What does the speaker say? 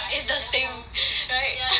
it's the same right